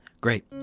Great